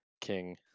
king